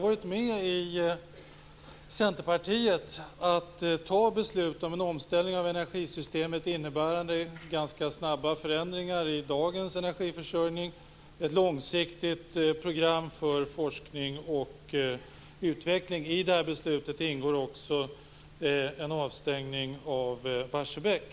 Vi i Centerpartiet har deltagit i beslutet om en omställning av energisystemet, innebärande ganska snabba förändringar i dagens energiförsörjning, ett långsiktigt program för forskning och utveckling. I beslutet ingår också en avstängning av Barsebäck.